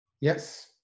yes